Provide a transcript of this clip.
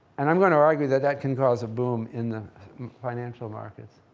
and i'm going to argue that that can cause a boom in the financial markets.